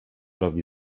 robi